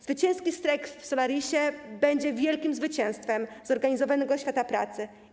Zwycięski strajk w Solarisie będzie wielkim zwycięstwem zorganizowanego świata pracy.